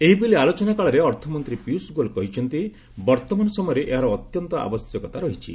ଏହି ବିଲ୍ ଆଲୋଚନା କାଳରେ ଅର୍ଥମନ୍ତ୍ରୀ ପିୟଷ ଗୋଏଲ୍ କହିଛନ୍ତି ବର୍ତ୍ତମାନ ସମୟରେ ଏହାର ଅତ୍ୟନ୍ତ ଆବଶ୍ୟକତା ରହିଛି